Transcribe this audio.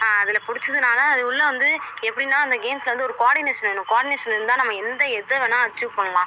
நான் அதில் பிடிச்சதுனால அது உள்ளே வந்து எப்படின்னா அந்த கேம்ஸில் வந்து ஒரு கோர்டினேஷன் வேணும் கோர்டினேஷன் இருந்தால் நம்ம எந்த எதை வேணா அச்சீவ் பண்ணலாம்